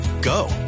go